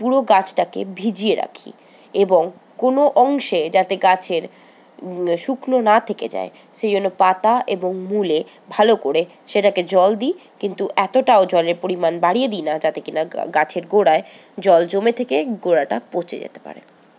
পুরো গাছটাকে ভিজিয়ে রাখি এবং কোনো অংশে যাতে গাছের শুকনো না থেকে যায় সেই জন্য পাতা এবং মূলে ভালো করে সেটাকে জল দিই কিন্তু এতটাও জলের পরিমাণ বাড়িয়ে দিই না যাতে কিনা গাছের গোঁড়ায় জল জমে থেকে গোঁড়াটা পচে যেতে পারে